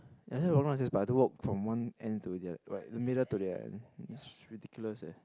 ya I still had to walk down the stairs but I have to walk from one end to the right the middle to the end it's ridiculous eh